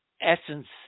essence